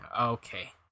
Okay